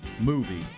movie